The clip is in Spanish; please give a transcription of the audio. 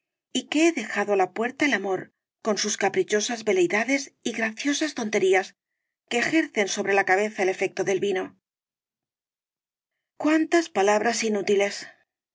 y que he dejado á la puerta el amor con sus caprichosas veleidades y graciosas tonterías que ejercen sobre la cabeza el efecto del vino cuántas palabras inútiles